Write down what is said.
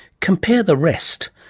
compare the rest.